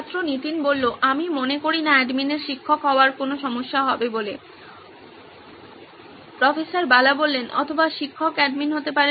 ছাত্র নীতিন আমি মনে করি না অ্যাডমিনের শিক্ষক হওয়ায় কোনো সমস্যা হবে বলে প্রফেসর বালা অথবা শিক্ষক অ্যাডমিন হতে পারেন